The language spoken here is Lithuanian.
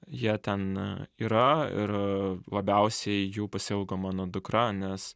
jie ten yra ir labiausiai jų pasiilgo mano dukra nes